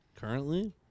currently